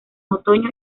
otoño